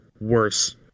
worse